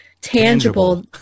tangible